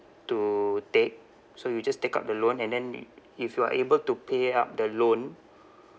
to take so you just take up the loan and then if you are able to pay up the loan